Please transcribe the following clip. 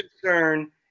concern